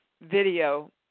video